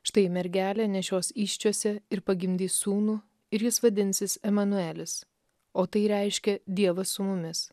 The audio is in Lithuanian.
štai mergelė nešios įsčiose ir pagimdys sūnų ir jis vadinsis emanuelis o tai reiškia dievas su mumis